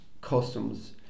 customs